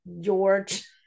George